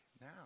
now